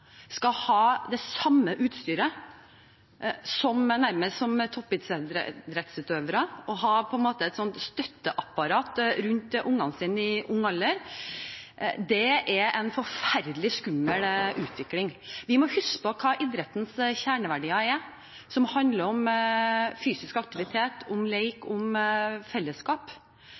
skal ha nærmest det samme utstyret som toppidrettsutøvere og et slags støtteapparat rundt seg i ung alder. Det er en forferdelig skummel utvikling. Vi må huske på hva som er idrettens kjerneverdier, som handler om fysisk aktivitet, lek og fellesskap.